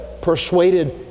persuaded